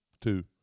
two